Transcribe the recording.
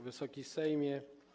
Wysoki Sejmie!